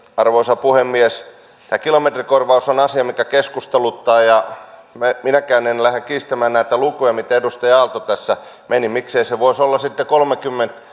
arvoisa puhemies tämä kilometrikorvaus on asia mikä keskusteluttaa ja minäkään en lähde kiistämään näitä lukuja mitä edustaja aalto tässä esitti miksei se voisi olla sitten kolmekymmentä